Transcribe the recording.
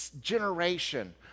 generation